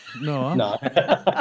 No